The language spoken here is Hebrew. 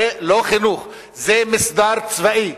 זה מסדר צבאי.